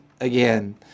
again